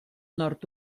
nord